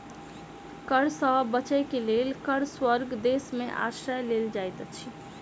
कर सॅ बचअ के लेल कर स्वर्ग देश में आश्रय लेल जाइत अछि